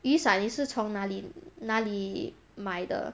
雨伞你是从哪里哪里买的